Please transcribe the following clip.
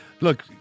look